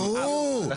ברור.